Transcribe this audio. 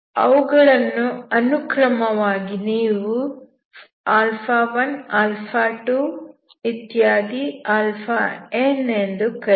ಅವುಗಳನ್ನು ಅನುಕ್ರಮವಾಗಿ ನೀವು 1 2 n ಎಂದು ಕರೆಯಿರಿ